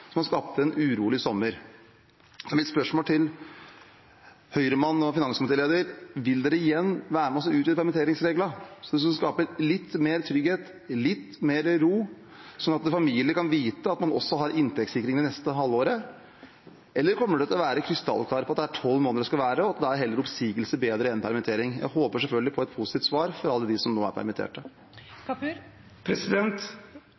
skapte en urolig sommer. Mitt spørsmål til Høyre-mannen og finanskomitélederen er: Vil dere igjen være med og utvide permitteringsreglene, så det skapes litt mer trygghet, litt mer ro, sånn at en familie kan vite at man også har inntektssikring det neste halvåret? Eller kommer dere til å være krystallklare på at det skal være tolv måneder, og at da er oppsigelse bedre enn permittering? Jeg håper selvfølgelig på et positivt svar for alle dem som nå er